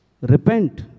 Repent